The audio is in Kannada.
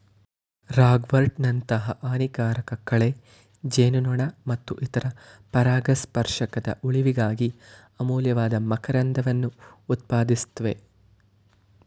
ರಾಗ್ವರ್ಟ್ನಂತಹ ಹಾನಿಕಾರಕ ಕಳೆ ಜೇನುನೊಣ ಮತ್ತು ಇತರ ಪರಾಗಸ್ಪರ್ಶಕದ ಉಳಿವಿಗಾಗಿ ಅಮೂಲ್ಯವಾದ ಮಕರಂದವನ್ನು ಉತ್ಪಾದಿಸ್ತವೆ